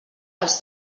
als